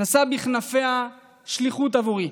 נשאה בכנפיה שליחות בעבורי: